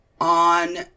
On